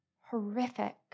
horrific